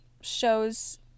shows